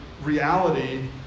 reality